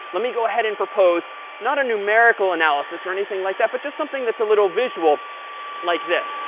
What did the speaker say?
let me go ahead and propose not a numerical analysis or anything like that. but just something that's a little visual like this.